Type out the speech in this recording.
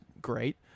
Great